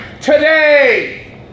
today